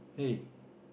hey